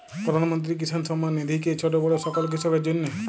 প্রধানমন্ত্রী কিষান সম্মান নিধি কি ছোটো বড়ো সকল কৃষকের জন্য?